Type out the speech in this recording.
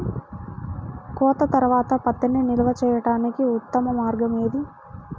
కోత తర్వాత పత్తిని నిల్వ చేయడానికి ఉత్తమ మార్గం ఏది?